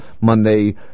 Monday